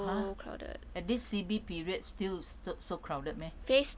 !huh! at this C_B period still sto~ so crowded meh